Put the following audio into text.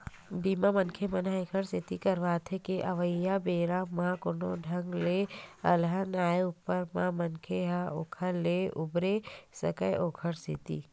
बीमा, मनखे मन ऐखर सेती करवाथे के अवइया बेरा म कोनो ढंग ले अलहन आय ऊपर म मनखे ह ओखर ले उबरे सकय ओखर सेती